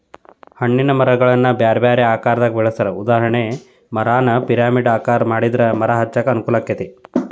ಹಣ್ಣಿನ ಮರಗಳನ್ನ ಬ್ಯಾರ್ಬ್ಯಾರೇ ಆಕಾರದಾಗ ಬೆಳೆಸ್ತಾರ, ಉದಾಹರಣೆಗೆ, ಮರಾನ ಪಿರಮಿಡ್ ಆಕಾರ ಮಾಡಿದ್ರ ಮರ ಹಚ್ಚಾಕ ಅನುಕೂಲಾಕ್ಕೆತಿ